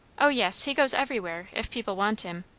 o yes. he goes everywhere, if people want him.